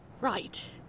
Right